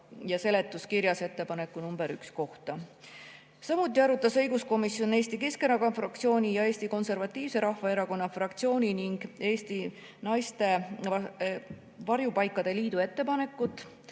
ja seletuskirjas, ka ettepaneku nr 1 kohta. Samuti arutas õiguskomisjon Eesti Keskerakonna fraktsiooni ja Eesti Konservatiivse Rahvaerakonna fraktsiooni ning Eesti Naiste Varjupaikade Liidu ettepanekut,